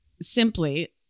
simply